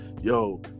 Yo